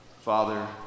father